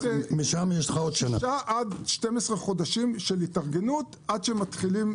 יש שישה עד 12 חודשים של התארגנות עד שמתחילים.